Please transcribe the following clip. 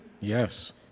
Yes